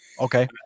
Okay